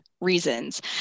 reasons